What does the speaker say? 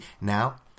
Now